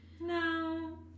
No